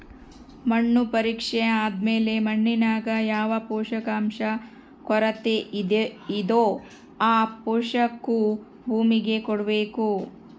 ಮಣ್ಣು ಪರೀಕ್ಷೆ ಆದ್ಮೇಲೆ ಮಣ್ಣಿನಾಗ ಯಾವ ಪೋಷಕಾಂಶ ಕೊರತೆಯಿದೋ ಆ ಪೋಷಾಕು ಭೂಮಿಗೆ ಕೊಡ್ಬೇಕು